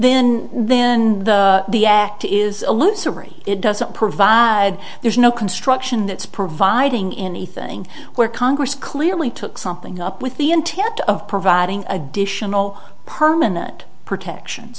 then then the act is illusory it doesn't provide there's no construction that's providing in the thing where congress clearly took something up with the intent of providing additional permanent protection